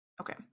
Okay